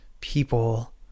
people